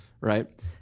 right